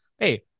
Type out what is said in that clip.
Hey